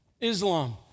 Islam